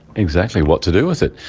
exactly, what to do with it?